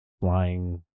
flying